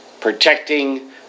protecting